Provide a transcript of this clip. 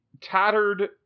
tattered